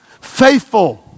Faithful